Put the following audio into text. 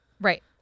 right